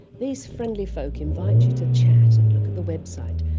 these friendly folk invite you to chat and look at the website,